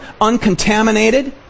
uncontaminated